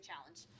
Challenge